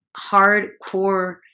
hardcore